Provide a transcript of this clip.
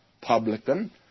publican